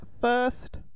first